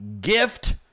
gift